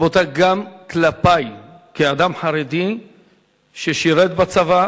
רבותי, גם כלפַי, כאדם חרדי ששירת בצבא